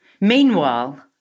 Meanwhile